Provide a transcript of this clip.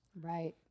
Right